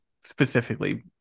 specifically